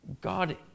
God